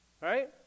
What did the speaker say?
Right